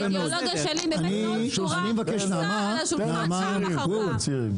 דווקא האידיאולוגיה שלי מאוד מאוד סדורה לשר על השולחן פעם אחר פעם.